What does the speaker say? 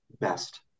best